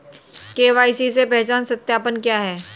KYC पहचान सत्यापन क्या है?